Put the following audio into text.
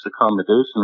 accommodation